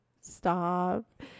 stop